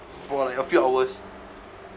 for like a few hours